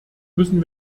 müssen